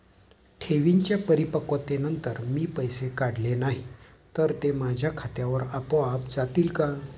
ठेवींच्या परिपक्वतेनंतर मी पैसे काढले नाही तर ते माझ्या खात्यावर आपोआप जातील का?